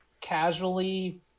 casually